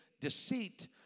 deceit